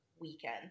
weekend